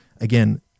again